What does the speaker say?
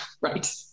Right